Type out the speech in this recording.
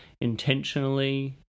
intentionally